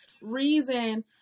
reason